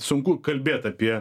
sunku kalbėt apie